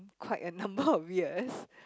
quite a number of years